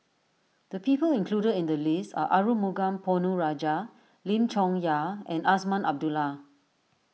the people included in the list are Arumugam Ponnu Rajah Lim Chong Yah and Azman Abdullah